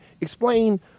explain